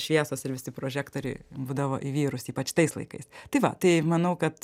šviesos ir visi prožektoriai būdavo į vyrus ypač tais laikais tai va tai manau kad